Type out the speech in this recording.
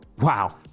Wow